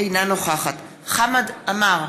אינה נוכחת חמד עמאר,